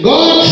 God